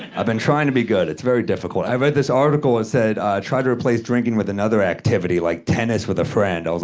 i've been trying to be good. it's very difficult. i read this article that ah said try to replace drinking with another activity like tennis with a friend. i was